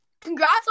Congrats